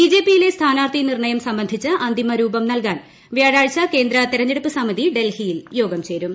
ബിജെപിയിലെ സ്ഥാനാർഥി നിർണയം സംബന്ധിച്ച് അന്തിമരൂപം നൽകാൻ വൃാഴാഴ്ച കേന്ദ്ര തെരഞ്ഞെടുപ്പ് സമിതി ഡൽഹിയിൽ യോഗം ചേരും